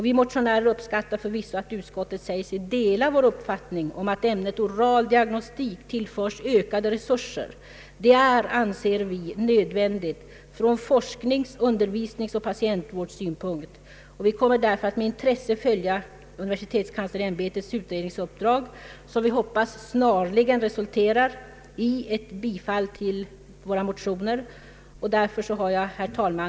Vi motionärer uppskattar förvisso att utskottet säger sig dela vår uppfattning om att ämnet oral diagnostik tillförs ökade resurser. Det är, anser vi, nödvändigt från forsknings-, undervisningsoch patientvårdssynpunkt. Vi kommer därför att med intresse följa UKÄ:s utreåningsuppdrag som vi hoppas snarligen resulterar i ett bifall till motionsparet I: 623 och II: 699.